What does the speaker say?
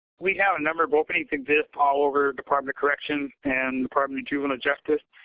we have a number of openings exist all over department of corrections and department of juvenile justice.